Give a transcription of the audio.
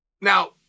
Now